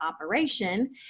operation